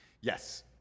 Yes